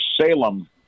Salem